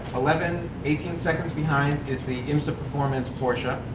eleven, eighteen seconds behind is the imsa performance porsche.